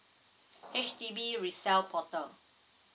H_D_B resale portal